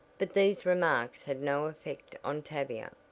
but these remarks had no effect on tavia.